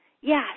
Yes